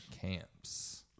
camps